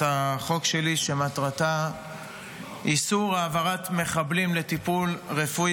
החוק שלי שמטרתה איסור העברת מחבלים לטיפול רפואי